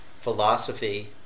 philosophy